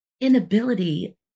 inability